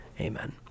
Amen